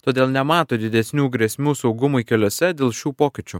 todėl nemato didesnių grėsmių saugumui keliuose dėl šių pokyčių